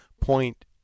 point